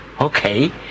Okay